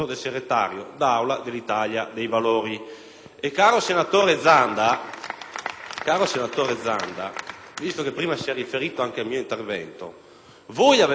Caro senatore Zanda, dal momento che prima si è riferito anche al mio intervento, voi avevate fatto un accordo con il Gruppo Italia dei Valori,